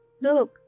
Look